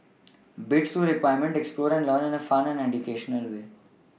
bits to experiment explore and learn in a fun and educational way